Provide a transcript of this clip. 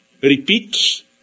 repeats